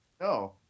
No